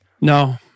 No